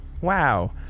wow